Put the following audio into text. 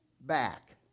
back